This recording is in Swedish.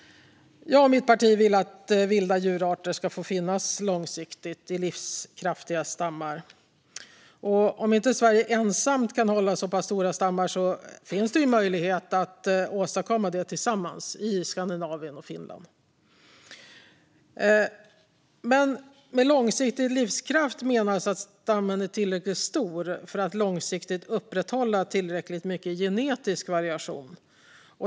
Jag och mitt parti vill att vilda djurarter ska få finnas i långsiktigt livskraftiga stammar. Om inte Sverige ensamt kan hålla så pass stora stammar finns möjlighet att åstadkomma detta tillsammans i Skandinavien och Finland. Med långsiktig livskraft menas att stammen är tillräckligt stor för att långsiktigt upprätthålla tillräckligt mycket genetisk variation.